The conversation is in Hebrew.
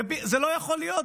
זה לא יכול להיות.